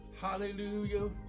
Hallelujah